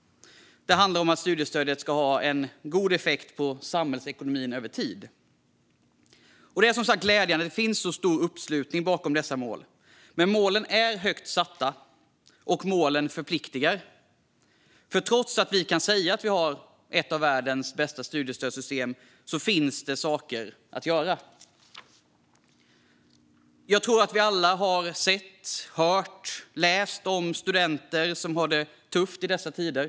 Slutligen ska studiestödet även ha en god effekt på samhällsekonomin över tid. Det är som sagt glädjande att det finns en så stor uppslutning bakom dessa mål. Målen är högt satta, och målen förpliktar. Trots att vi kan säga att vi har ett av världens bästa studiestödssystem finns det ändå saker att göra. Jag tror att vi alla har sett, hört och läst om studenter som har det tufft i dessa tider.